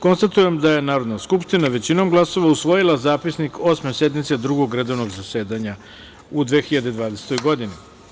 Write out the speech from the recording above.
Konstatujem da je Narodne skupština većinom glasova usvojila Zapisnik Osme sednice Drugog redovnog zasedanja u 2020. godini.